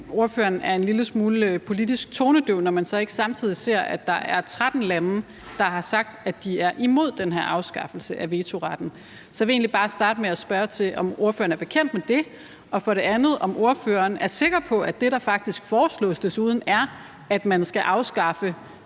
ordføreren er en lille smule politisk tonedøv, når man så ikke samtidig ser, at der er 13 lande, der har sagt, at de er imod den her afskaffelse af vetoretten. Så jeg vil egentlig bare starte med at spørge til, om ordføreren for det første er bekendt med det, og for det andet, om ordføreren er sikker på, at det, der faktisk foreslås, desuden er, at man skal afskaffe